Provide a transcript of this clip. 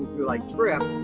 do, like trypp,